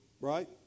Right